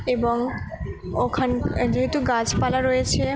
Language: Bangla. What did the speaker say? এবং ওখানে যেহেতু গাছপালা রয়েছে